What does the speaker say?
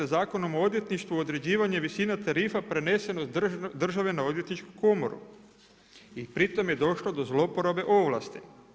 Zakonom o odvjetništvu određivanje visina tarifa prenesenost države na odvjetničku komoru i pri tome je došlo do zlouporabe ovlasti.